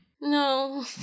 no